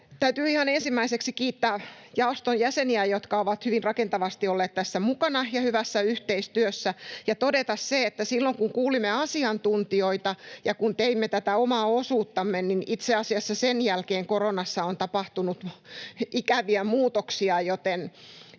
Täytyy ihan ensimmäiseksi kiittää jaoston jäseniä, jotka ovat olleet tässä mukana hyvin rakentavasti ja hyvässä yhteistyössä, ja todeta se, että kun kuulimme asiantuntijoita ja kun teimme tätä omaa osuuttamme, niin itse asiassa sen jälkeen koronassa on tapahtunut ikäviä muutoksia, joten